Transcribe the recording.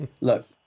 Look